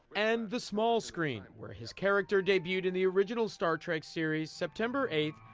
and the small screen where his character debuted in the original star trek series september eighth,